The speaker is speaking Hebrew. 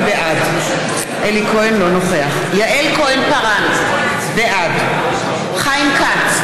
בעד יעל כהן-פארן, בעד חיים כץ,